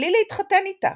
בלי להתחתן איתה,